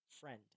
friend